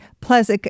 Plus